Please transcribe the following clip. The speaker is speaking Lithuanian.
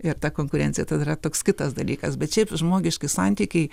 ir ta konkurencija tada yra toks kitas dalykas bet šiaip žmogiški santykiai